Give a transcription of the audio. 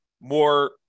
more